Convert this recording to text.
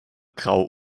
grau